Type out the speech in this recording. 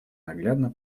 наглядно